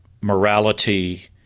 morality